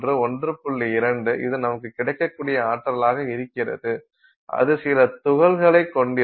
2 இது நமக்கு கிடைக்கக்கூடிய ஆற்றலாக இருக்கிறது அது சில துகள்களைக் கொண்டிருக்கும்